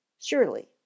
Surely